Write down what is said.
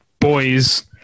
boys